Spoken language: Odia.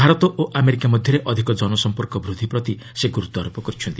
ଭାରତ ଓ ଆମେରିକା ମଧ୍ୟରେ ଅଧିକ ଜନସଂପର୍କ ବୃଦ୍ଧି ପ୍ରତି ସେ ଗୁରୁତ୍ୱାରୋପ କରିଛନ୍ତି